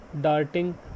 Darting